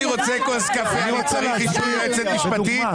אני רוצה כוס קפה אני צריך אישור יועצת משפטית?